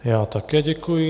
Já také děkuji.